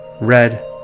Red